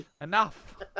enough